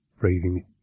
breathing